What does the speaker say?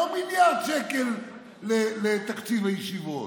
לא מיליארד שקל לתקציב הישיבות,